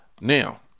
Now